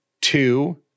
Two